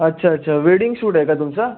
अच्छा अच्छा wedding shoot आहे का तुमचा